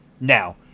Now